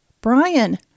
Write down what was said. Brian